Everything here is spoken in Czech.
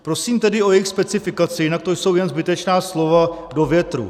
Prosím tedy o jejich specifikaci, jinak to jsou jen zbytečná slova do větru.